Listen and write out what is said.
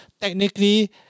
technically